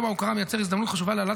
יום ההוקרה מייצר הזדמנות חשובה להעלאת